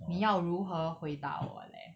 你要如何回答我 leh